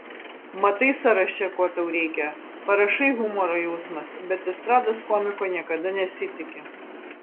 matai sąraše ko tau reikia parašai humoro jausmas bet estrados komiko niekada nesitiki